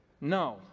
no